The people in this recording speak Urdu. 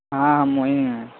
ہاں ہم وہیں ہیں